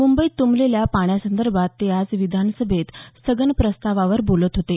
मुंबईत तुंबलेल्या पाण्यासंदर्भात ते आज विधान सभेत स्थगन प्रस्तावावर बोलत होते